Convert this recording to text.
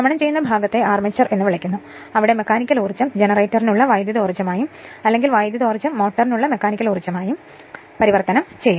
ഭ്രമണം ചെയ്യുന്ന ഭാഗത്തെ ആർമേച്ചർ എന്ന് വിളിക്കുന്നു അവിടെ മെക്കാനിക്കൽ ഊർജ്ജം ജനറേറ്ററിനുള്ള വൈദ്യുതോർജ്ജമായും അല്ലെങ്കിൽ വൈദ്യുതോർജ്ജം മോട്ടോറിനുള്ള മെക്കാനിക്കൽ ഊർജ്ജമായും പരിവർത്തനം ചെയ്യപ്പെടുന്നു